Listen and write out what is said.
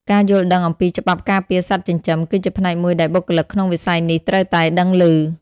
ការយល់ដឹងអំពីច្បាប់ការពារសត្វចិញ្ចឹម គឺជាផ្នែកមួយដែលបុគ្គលិកក្នុងវិស័យនេះត្រូវតែដឹងឮ។